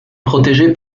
protégée